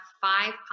five